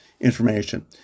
information